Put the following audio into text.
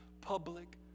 public